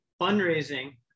fundraising